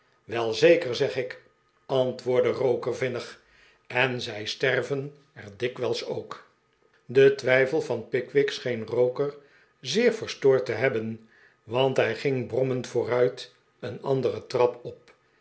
wel zeker zeg ik antwoordde roker vinnig en zij sterven er dikwijls ook de twijfel van pickwick scheen roker zeer verstoord te hebben want hij ging brommend vooruit een andere trap op